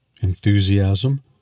Enthusiasm